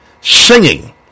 Singing